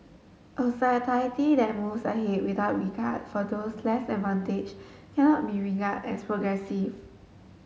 a society that moves ahead without regard for those less advantaged cannot be regarded as progressive